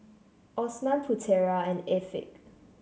Osman Putera and Afiq